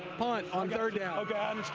punt on third down. i